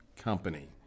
company